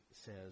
says